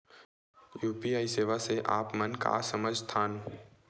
UPI सेवा से आप मन का समझ थान?